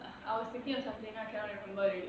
I was thinking of something now I cannot remember already